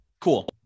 cool